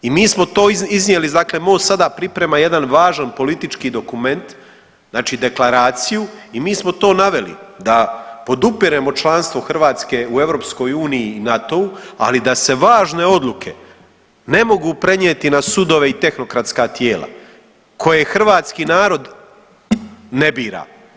I mi smo to iznijeli, dakle MOST sada priprema jedan važan politički dokument, znači deklaraciju i mi smo to naveli da podupiremo članstvo Hrvatske u EU i NATO-u, ali da se važne odluke ne mogu prenijeti na sudove i tehnokratska tijela koje hrvatski narod ne bira.